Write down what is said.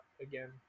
again